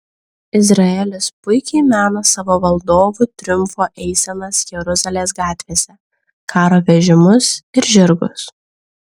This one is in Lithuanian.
izraelis puikiai mena savo valdovų triumfo eisenas jeruzalės gatvėse karo vežimus ir žirgus